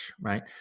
right